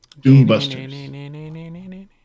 Doombusters